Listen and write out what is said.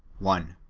one.